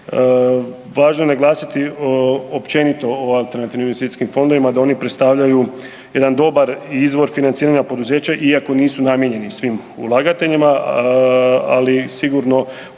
Važno je naglasiti općenito o alternativnim investicijskim fondovima da oni predstavljaju jedan dobar izvor financiranja poduzeća iako nisu namijenjeni svim ulagateljima, ali sigurno u